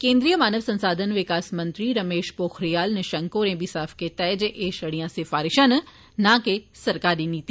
केन्द्रीय मानव संसाधन विकास मंत्री रमेश पोखरियाल निंशक होरें बी साफ कीत्ता ऐ जे एह छड़िया सिफारिशां न ना के सरकारी नीति